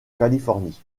californie